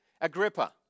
Agrippa